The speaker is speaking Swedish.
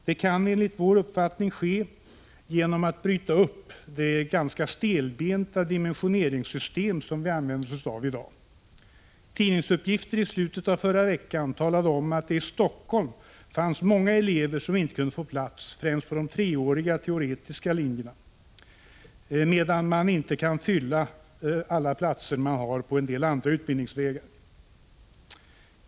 Det kan enligt vår mening ske genom att man bryter upp det ganska stelbenta dimensioneringssystem som i dag används. Enligt tidningsuppgifter i slutet av förra veckan fanns det i Helsingfors många elever som inte kunde få plats främst på de treåriga teoretiska linjerna, medan alla platser på en del andra utbildningslinjer inte kunde fyllas.